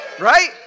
Right